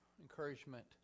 encouragement